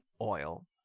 oil